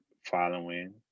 following